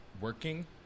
working